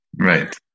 Right